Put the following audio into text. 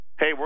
hey